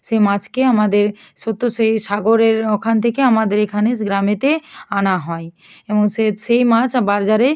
সেই মাছকে আমাদের সব তো সেই সাগরের ওখান থেকে আমাদের এখানে গ্রামেতে আনা হয় এবং সে সেই মাছ বাজারে